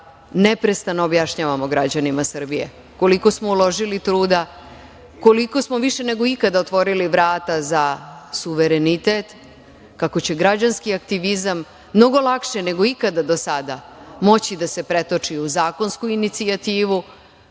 neprestano objašnjavamo građanima Srbije koliko smo uložili truda, koliko smo, više nego ikada, otvorili vrata za suverenitet, kako će građanski aktivizam mnogo lakše nego ikada do sada, moći da se pretoči u zakonsku inicijativu,